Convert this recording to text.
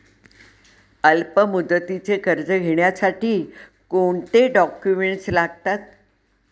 अल्पमुदतीचे कर्ज घेण्यासाठी कोणते डॉक्युमेंट्स लागतात?